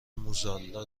موزارلا